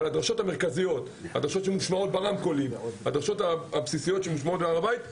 הדרשות המרכזיות שמושמעות ברמקולים והדרשות הבסיסיות שמושמעות בהר הבית,